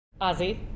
Ozzy